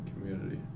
community